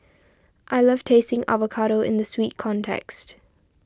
I love tasting avocado in the sweet context